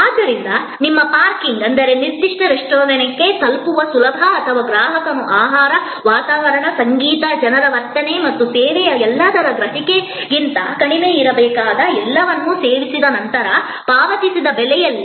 ಆದ್ದರಿಂದ ನಿಮ್ಮ ಪಾರ್ಕಿಂಗ್ ಎಂದರೆ ನಿರ್ದಿಷ್ಟ ರೆಸ್ಟೋರೆಂಟ್ಗೆ ತಲುಪಲು ಸುಲಭ ಅಥವಾ ಗ್ರಾಹಕನು ಆಹಾರ ವಾತಾವರಣ ಸಂಗೀತ ಜನರ ವರ್ತನೆ ಮತ್ತು ಸೇವೆಯ ಎಲ್ಲದರ ಗ್ರಹಿಕೆಗಿಂತ ಕಡಿಮೆಯಿರಬೇಕಾದ ಎಲ್ಲವನ್ನೂ ಸೇವಿಸಿದ ನಂತರ ಪಾವತಿಸಿದ ಬೆಲೆಯಲ್ಲಿ